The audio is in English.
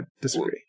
disagree